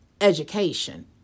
education